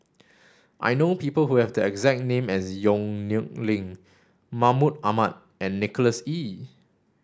I know people who have the exact name as Yong Nyuk Lin Mahmud Ahmad and Nicholas Ee